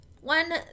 One